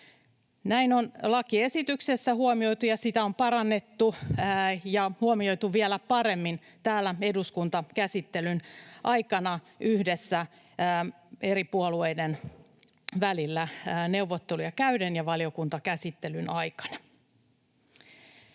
Tämä on lakiesityksessä huomioitu, ja sitä on parannettu ja huomioitu vielä paremmin täällä eduskuntakäsittelyn aikana yhdessä eri puolueiden välillä neuvotteluja käyden ja valiokuntakäsittelyn aikana.